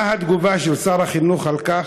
מה התגובה של שר החינוך על כך?